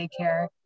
daycare